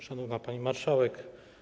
Szanowna Pani Marszałek!